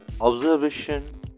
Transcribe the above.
observation